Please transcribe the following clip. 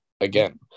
again